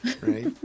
Right